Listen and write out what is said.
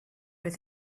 with